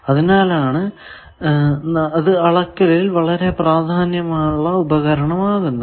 അതിനാലാണ് അത് അളക്കലിൽ വളരെ പ്രാധാന്യമുള്ള ഉപകാരണമാകുന്നത്